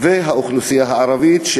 ובין האוכלוסייה הערבית,